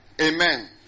Amen